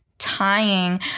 tying